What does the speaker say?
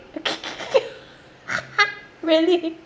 really